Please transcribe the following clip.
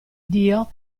dio